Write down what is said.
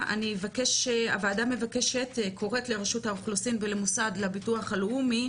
הוועדה קוראת לראשות האוכלוסין ולמוסד לביטוח לאומי,